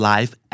Life